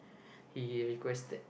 he requested